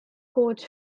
coach